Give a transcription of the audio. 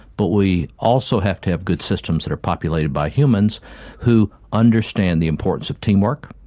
but we also have to have good systems that are populated by humans who understand the importance of teamwork,